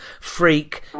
freak